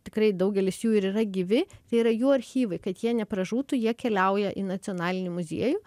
tikrai daugelis jų ir yra gyvi tai yra jų archyvai kad jie nepražūtų jie keliauja į nacionalinį muziejų